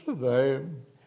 today